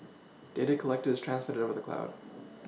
data collected is transmitted with the cloud